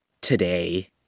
today